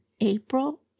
April